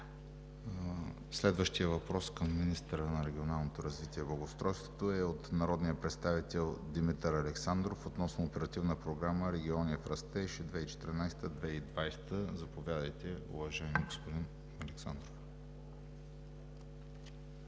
Следващият въпрос към министъра на регионалното развитие и благоустройството е от народния представител Димитър Александров относно Оперативна програма „Региони в растеж 2014 – 2020 г.“ Заповядайте, уважаеми господин Александров.